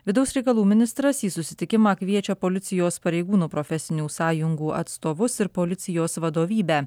vidaus reikalų ministras į susitikimą kviečia policijos pareigūnų profesinių sąjungų atstovus ir policijos vadovybę